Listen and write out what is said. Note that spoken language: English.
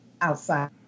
outside